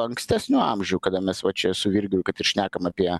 ankstesnių amžių kada mes va čia su virgiu kad ir šnekam apie